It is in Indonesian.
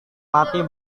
mati